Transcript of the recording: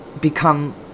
become